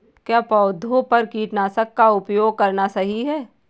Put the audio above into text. क्या पौधों पर कीटनाशक का उपयोग करना सही है?